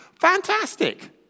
Fantastic